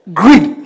greed